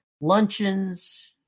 luncheons